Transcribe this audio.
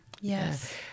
Yes